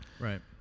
Right